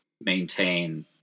maintain